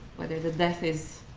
whether the death is